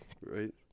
Right